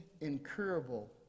incurable